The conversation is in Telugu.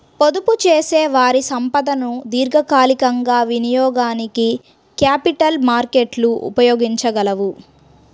పొదుపుచేసేవారి సంపదను దీర్ఘకాలికంగా వినియోగానికి క్యాపిటల్ మార్కెట్లు ఉపయోగించగలవు